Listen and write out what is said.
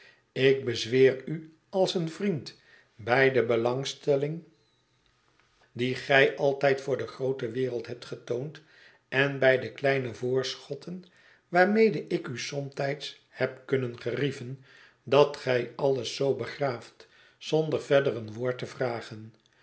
ik bezweer u als een vriend bij de belangstelling die gij altijd voor de groote wereld hebt getoond en bij de kleine voorschotten waarmede ik u somtijds heb kunnen gerieven dat gij alles zoo begraaft zonder verder een woord te vragen